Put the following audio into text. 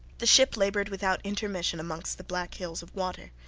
the ship laboured without intermission amongst the black hills of water,